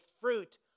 fruit